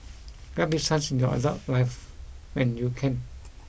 grab this chance in your adult life when you can